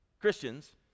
Christians